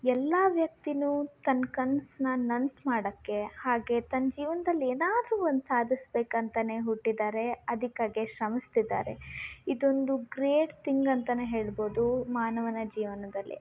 ಎಲ್ಲ ವ್ಯಕ್ತಿನು ತನ್ನ ಕನಸ್ನ ನನ್ಸು ಮಾಡೋಕ್ಕೆ ಹಾಗೆ ತನ್ನ ಜೀವನದಲ್ಲಿ ಏನಾದರು ಒಂದು ಸಾಧಿಸ ಬೇಕಂತನೆ ಹುಟ್ಟಿದ್ದಾರೆ ಅದಕ್ಕಾಗೆ ಶ್ರಮಿಸ್ತಿದ್ದಾರೆ ಇದೊಂದು ಗ್ರೇಟ್ ತಿಂಗ್ ಅಂತಾನೆ ಹೇಳ್ಬೋದು ಮಾನವನ ಜೀವನದಲ್ಲಿ